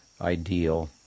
ideal